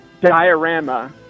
diorama